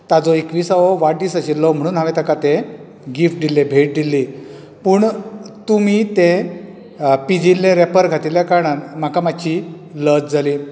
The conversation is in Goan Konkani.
ताचो एकवीसावो वाडदीस आशिल्लो म्हणून हांवें ताका तें गिफ्ट दिल्ले भेट दिल्ली पूण तुमी तें पिजिल्ले रॅपर घातिल्या कारणान म्हाका मात्शी लज जाली